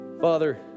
Father